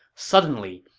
suddenly,